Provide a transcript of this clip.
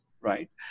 right